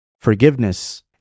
forgiveness